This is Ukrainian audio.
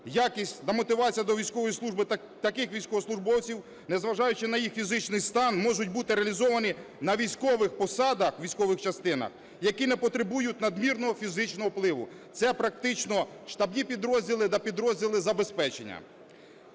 якість та мотивація до військової служби таких військовослужбовців, не зважаючи на їх фізичний стан, можуть бути реалізовані на військових посадах військових частинах, які не потребують надмірного фізичного впливу. Це практично штабні підрозділи та підрозділи забезпечення.